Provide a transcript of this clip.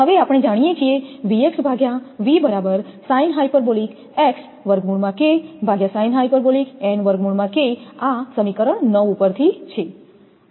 હવે આપણે જાણીએ છીએ આ સમીકરણ 9 ઉપરથી છે